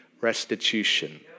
restitution